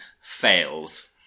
fails